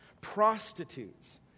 prostitutes